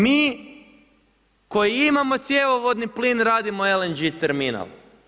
Mi koji imamo cjevovodni plin radimo LNG terminal.